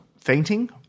fainting